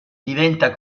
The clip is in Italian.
diventa